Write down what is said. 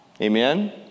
Amen